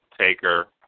Taker